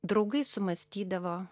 draugai sumąstydavo